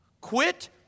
Quit